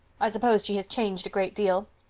i suppose she has changed a great deal.